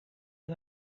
who